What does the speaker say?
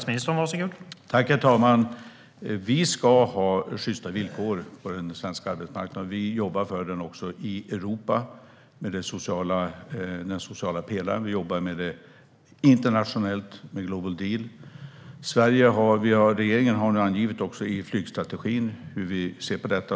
Herr talman! Vi ska ha sjysta villkor på den svenska arbetsmarknaden. Vi jobbar för detta också i Europa med den sociala pelaren. Vi jobbar med det internationellt med Global Deal. Regeringen har nu också angivit i flygstrategin hur vi ser på detta.